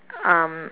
um